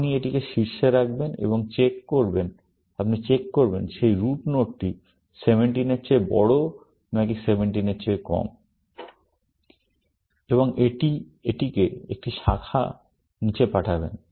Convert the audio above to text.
আপনি এটিকে শীর্ষে রাখবেন এবং আপনি চেক করবেন সেই রুট নোডটি 17 এর চেয়ে বড় নাকি 17 এর কম এবং এটি এটিকে একটি শাখা নীচে পাঠাবেন